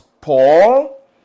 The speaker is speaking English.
Paul